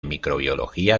microbiología